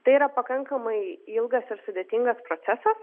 tai yra pakankamai ilgas ir sudėtingas procesas